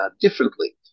differently